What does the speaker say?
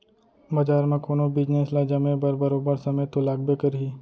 बजार म कोनो बिजनेस ल जमे बर बरोबर समे तो लागबे करही